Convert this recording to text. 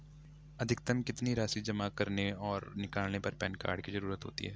अधिकतम कितनी राशि जमा करने और निकालने पर पैन कार्ड की ज़रूरत होती है?